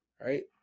right